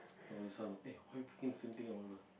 no this one no eh why you picking the same thing over over